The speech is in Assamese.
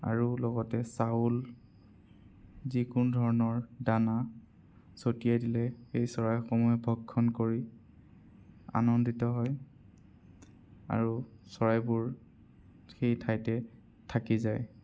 আৰু লগতে চাউল যিকোনো ধৰণৰ দানা চতিয়াই দিলে সেই চৰাইসমূহে ভক্ষণ কৰি আনন্দিত হয় আৰু চৰাইবোৰ সেই ঠাইতে থাকি যায়